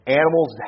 animals